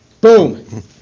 boom